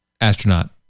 Astronaut